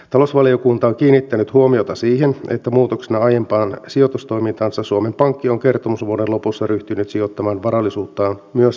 talousvaliokunta on kiinnittänyt huomiota siihen että muutoksena aiempaan sijoitustoimintaansa suomen pankki on kertomusvuoden lopussa ryhtynyt sijoittamaan varallisuuttaan myös osakkeisiin